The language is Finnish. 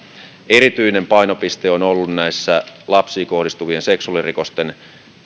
erityinen painopiste on ollut näiden lapsiin kohdistuvien seksuaalirikosten